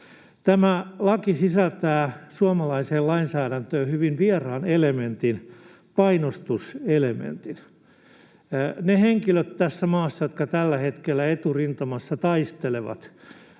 Tämä laki sisältää suomalaisessa lainsäädännössähyvin vieraan elementin, painostus-elementin. Ne henkilöt tässä maassa, jotka tällä hetkellä eturintamassa taistelevat